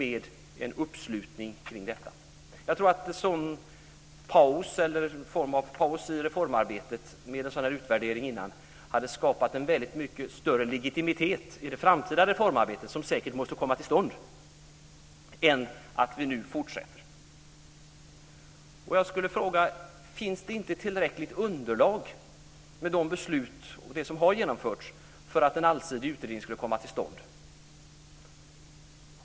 En paus i reformarbetet, med en utvärdering innan, hade skapat en större legitimitet i det framtida reformarbetet, som säkert måste komma till stånd, än vi kan uppnå om vi fortsätter med reformarbetet nu. Finns det inte tillräckligt underlag för att en allsidig utredning ska komma till stånd?